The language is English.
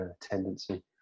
tendency